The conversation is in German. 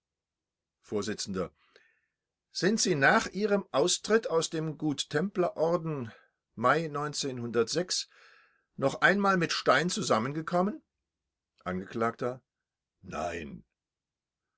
vors sind sie nach ihrem austritt aus dem guttemplerorden noch einmal mit stein zusammengekommen angekl nein